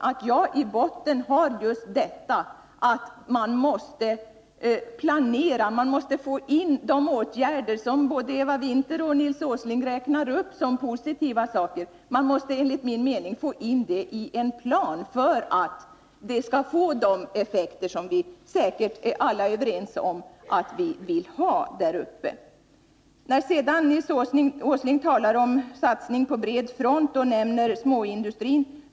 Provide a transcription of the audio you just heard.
Jag har i botten att man måste planera för att få in de åtgärder som både Eva Winther och Nils Åsling räknar upp som positiva saker. Detta måste enligt min mening ingå i en plan för att vi skall få de effekter som alla säkerligen är överens om att vi vill ha där uppe. Sedan talar Nils Åsling om en satsning på bred front inom småindustrin.